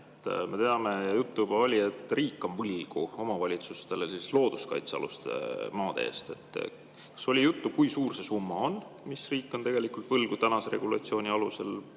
Me teame ja juttu oli [ka täna], et riik on võlgu omavalitsustele looduskaitsealuste maade eest. Kas oli juttu, kui suur see summa on, mis riik on tegelikult võlgu tänase regulatsiooni alusel,